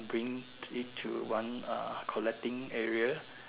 bring it to one uh collecting area